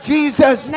Jesus